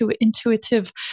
intuitive